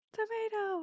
Tomato